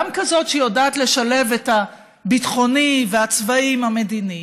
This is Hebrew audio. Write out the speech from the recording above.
גם כזו שיודעת לשלב את הביטחוני והצבאי עם המדיני,